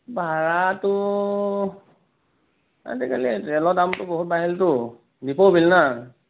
ভাড়াটো আজিকালি তেলৰ দামটো বহুত বাঢ়িলতো দীপৰ বিল ন'